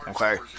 okay